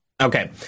Okay